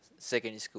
secondary school